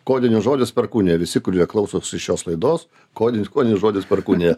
kodinis žodis perkūnija visi kurie klausosi šios laidos kodinis kodinis žodis perkūnija